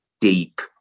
deep